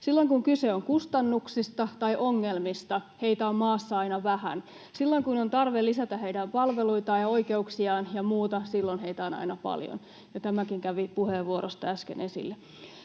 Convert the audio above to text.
Silloin kun kyse on kustannuksista tai ongelmista, heitä on maassa aina vähän. Silloin kun on tarve lisätä heidän palveluitaan ja oikeuksiaan ja muuta, silloin heitä on aina paljon, ja tämäkin kävi puheenvuorosta äsken esille.